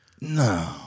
no